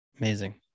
Amazing